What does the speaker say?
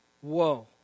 Whoa